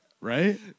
Right